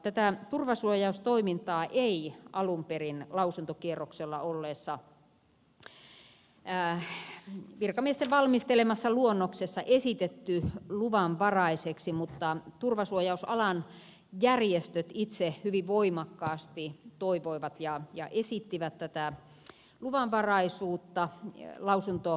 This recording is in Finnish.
tätä turvasuojaustoimintaa ei alun perin lausuntokierroksella olleessa virkamiesten valmistelemassa luonnoksessa esitetty luvanvaraiseksi mutta turvasuojausalan järjestöt itse hyvin voimakkaasti toivoivat ja esittivät tätä luvanvaraisuutta lausuntopalautteessa